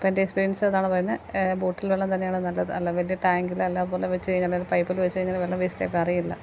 അപ്പം എൻ്റെ എക്സ്പീരിയൻസ് അതാണ് പറയുന്നത് ബോട്ടിൽ വെള്ളം തന്നെയാണ് നല്ലത് അല്ല വലിയ ടാങ്കിലല്ല പോലെ വെച്ച് കഴിഞ്ഞാൽ അത് പൈപ്പിൽ വച്ചു കഴിഞ്ഞാൽ വെള്ളം വേസ്റ്റ് ആയി പോ അറിയില്ല